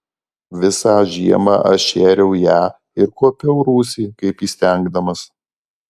visą žiemą aš šėriau ją ir kuopiau rūsį kaip įstengdamas